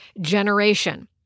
generation